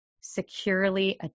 securely